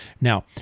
Now